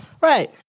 Right